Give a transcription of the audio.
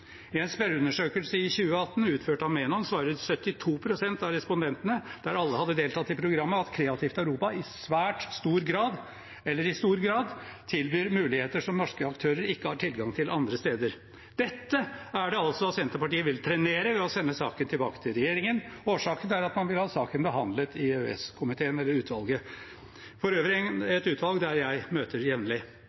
I en spørreundersøkelse i 2018, utført av Menon, svarer 72 pst. av respondentene – der alle hadde deltatt i programmet – at Kreativt Europa i svært stor grad eller i stor grad tilbyr muligheter som norske aktører ikke har tilgang til andre steder. Dette er det altså Senterpartiet vil trenere ved å sende saken tilbake til regjeringen. Årsaken er at man vil ha saken behandlet i EØS-komiteen, for øvrig en komité jeg jevnlig møter